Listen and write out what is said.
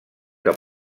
que